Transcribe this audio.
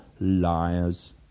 liars